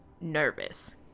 nervous